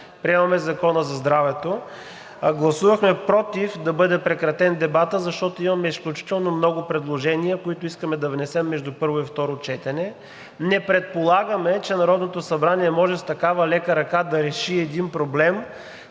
Приемаме Закона за здравето. Гласувахме против да бъде прекратен дебатът, защото имаме изключително много предложения, които искаме да внесем между първо и второ четене. Не предполагаме, че Народното събрание може с такава лека ръка да реши един проблем